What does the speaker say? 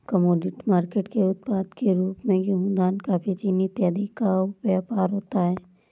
commodity market के उत्पाद के रूप में गेहूं धान कॉफी चीनी इत्यादि का व्यापार होता है